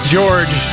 George